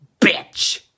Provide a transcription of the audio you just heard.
bitch